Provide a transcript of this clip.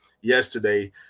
yesterday